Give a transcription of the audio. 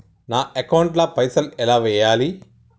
నా అకౌంట్ ల పైసల్ ఎలా వేయాలి?